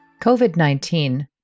COVID-19